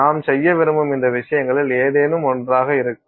நாம்செய்ய விரும்பும் இந்த விஷயங்களில் ஏதேனும் ஒன்றாக இருக்கும்